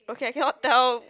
okay I cannot tell